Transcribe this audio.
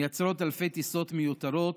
מייצרת אלפי טיסות מזהמות